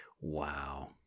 Wow